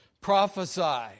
Prophesy